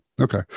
okay